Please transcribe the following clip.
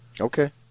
Okay